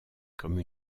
comme